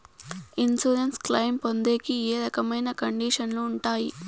Insurance claim పొందేకి ఏ రకమైన కండిషన్లు ఉంటాయి?